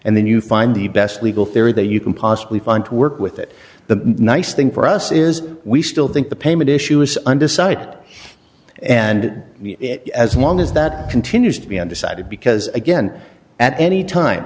and then you find the best legal theory that you can possibly find to work with it the nice thing for us is we still think the payment issue is under site and as long as that continues to be undecided because again at any time